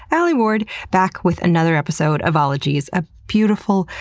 alie ward, back with another episode of ologies. a beautiful,